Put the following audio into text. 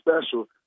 special